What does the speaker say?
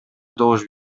добуш